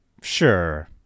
Sure